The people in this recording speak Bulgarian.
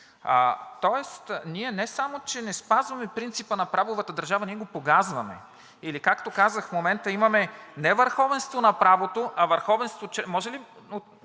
тоест ние не само че не спазваме принципа на правовата държава, ние го погазваме, или както казах в момента, имаме не върховенство на правото, а върховенство…